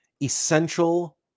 essential